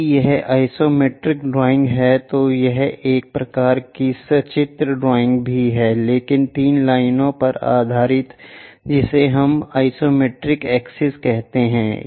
यदि यह isometric drawing है तो यह एक प्रकार का सचित्र ड्राइंग भी है लेकिन 3 लाइनों पर आधारित है जिसे हम आइसोमेट्रिक एक्सेस कहते हैं